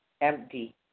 empty